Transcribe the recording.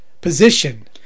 position